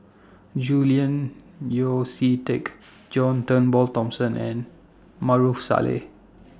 Julian Yeo See Teck John Turnbull Thomson and Maarof Salleh